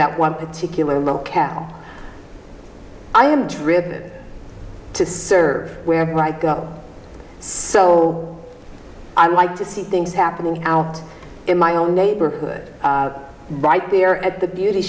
that one particular locale i am driven to serve where right so i like to see things happening out in my own neighborhood right there at the beauty